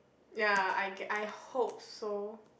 ya I guess~ I hope so